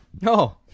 No